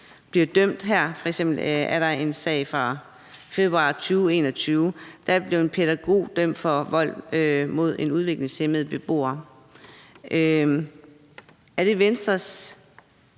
bliver dømt – f.eks. er der en sag fra februar 2021, hvor en pædagog blev dømt for vold mod en udviklingshæmmet beboer og så blev